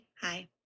Hi